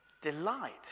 delight